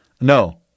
No